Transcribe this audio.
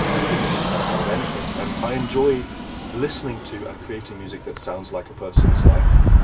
you can make music out out of anything. and i enjoy listening to and creating music that sounds like a person's life.